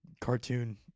cartoon